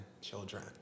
children